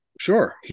Sure